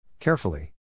Carefully